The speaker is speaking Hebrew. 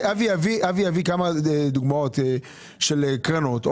אבי יביא כמה דוגמאות של קרנות.